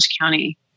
County